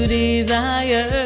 desire